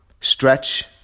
stretch